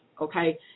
okay